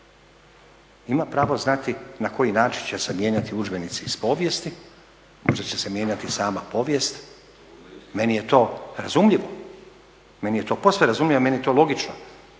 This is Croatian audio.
ima pravo znati na koji način će se mijenjati udžbenici iz povijesti, možda će se mijenjati sama povijest. Meni je to razumljivo, meni je to posve razumljivo, meni je to logično.